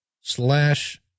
slash